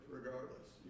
regardless